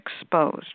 exposed